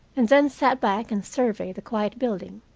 and then sat back and surveyed the quiet building.